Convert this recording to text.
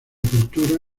cultura